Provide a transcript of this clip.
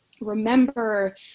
remember